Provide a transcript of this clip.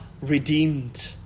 redeemed